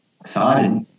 excited